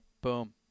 Boom